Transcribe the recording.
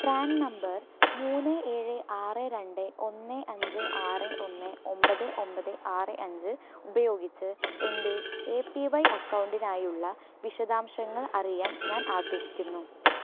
PRAN number മൂന്ന് ഏഴ് ആറ് രണ്ട് ഒന്ന് അഞ്ച് ആറ് ഒന്ന് ഒമ്പത് ഒമ്പത് ആറ് അഞ്ച് ഉപയോഗിച്ച് എൻ്റെ എ പി വൈ അക്കൗണ്ടിനായുള്ള വിശദാംശങ്ങൾ അറിയാൻ ഞാൻ ആഗ്രഹിക്കുന്നു